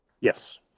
Yes